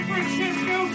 Francisco